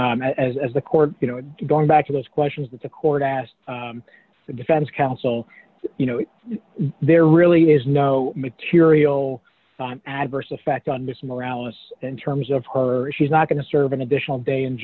so as as the court you know going back to those questions that the court asked the defense counsel you know there really is no material adverse effect on this morales in terms of her she's not going to serve an additional day in